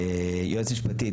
לגבי היועצת המשפטית,